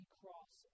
cross